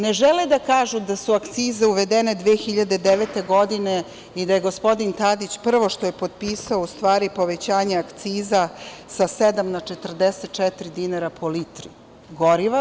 Ne žele da kažu da su akcize uvedene 2009. godine i da je gospodin Tadić prvo što je potpisao u stvari povećanje akciza sa 7 na 44 dinara po litru goriva.